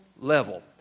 level